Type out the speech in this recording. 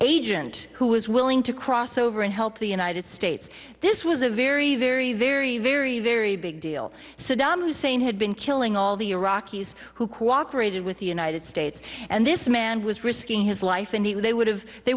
agent who was willing to cross over and help the united states this was a very very very very very big deal saddam hussein had been killing all the iraqis who cooperated with the united states and this man was risking his life and who they would have they